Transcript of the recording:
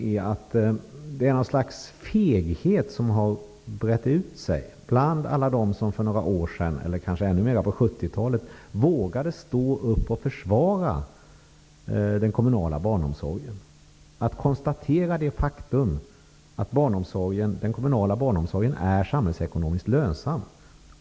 Det har brett ut sig något slags feghet bland alla dem som för några år sedan, och kanske ännu mer på 70-talet, vågade stå upp och försvara den kommunala barnomsorgen. Man kan konstatera att den kommunala barnomsorgen är samhällsekonomiskt lönsam.